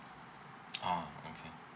oh okay